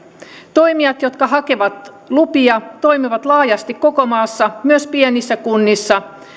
toimijat jotka hakevat lupia toimivat laajasti koko maassa myös pienissä kunnissa